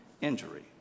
injury